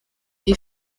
die